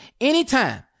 anytime